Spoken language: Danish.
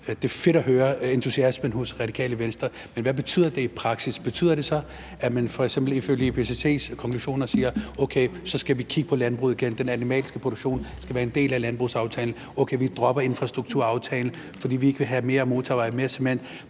Det er fedt at høre entusiasmen hos Radikale Venstre, men hvad betyder det i praksis? Betyder det, at man f.eks. samstemmende med med IPCC's konklusioner siger: Okay, vi skal kigge på landbruget igen, den animalske produktion skal være en del af landbrugsaftalen; vi dropper infrastrukturaftalen, fordi vi ikke vil have flere motorveje og mere cement?